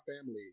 family